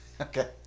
Okay